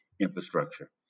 infrastructure